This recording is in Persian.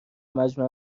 مجمع